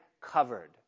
covered